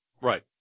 Right